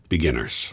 Beginners